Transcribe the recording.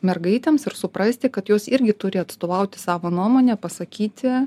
o mergaitėms ir suprasti kad jos irgi turi atstovauti savo nuomonę pasakyti